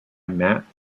matt